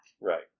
right